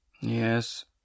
Yes